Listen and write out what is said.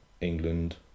England